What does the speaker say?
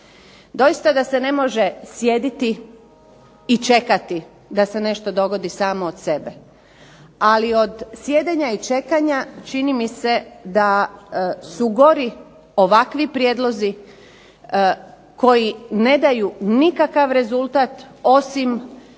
Doista da se ne može sjediti i čekati da se nešto dogodi samo od sebe, ali od sjedenja i čekanja čini mi se da su gori ovakvi prijedlozi koji ne daju nikakav rezultat osim dodatnog